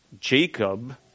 jacob